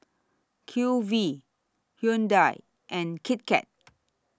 Q V Hyundai and Kit Kat